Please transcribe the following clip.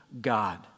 God